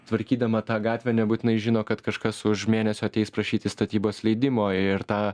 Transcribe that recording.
tvarkydama tą gatvę nebūtinai žino kad kažkas už mėnesio ateis prašyti statybos leidimo ir tą